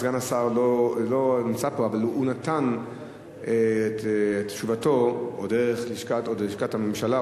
סגן השר לא נמצא פה אבל הוא נתן את תשובתו דרך לשכת הממשלה,